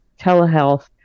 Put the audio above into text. telehealth